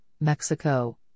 Mexico